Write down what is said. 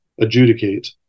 adjudicate